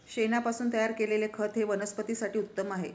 शेणापासून तयार केलेले खत हे वनस्पतीं साठी उत्तम आहे